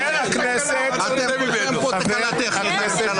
אין פה תקלה טכנית.